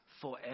forever